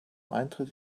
eintritt